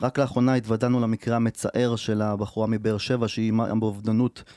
רק לאחרונה התוודענו למקרה המצער של הבחורה מבאר שבע שהיא באובדנות